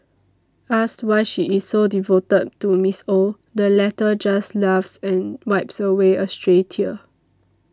asked why she is so devoted to Miss Ow the latter just laughs and wipes away a stray tear